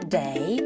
day